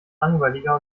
langweiliger